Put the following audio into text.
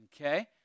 Okay